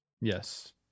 Yes